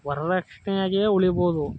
ವರದಕ್ಷಿಣೆಯಾಗೇ ಉಳಿಬೌದು